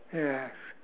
yes